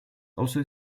also